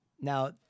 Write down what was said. Now